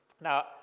Now